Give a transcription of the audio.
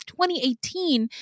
2018